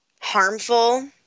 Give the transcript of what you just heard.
harmful